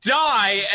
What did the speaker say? die